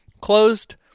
Closed